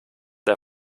der